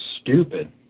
stupid